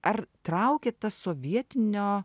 ar traukia tas sovietinio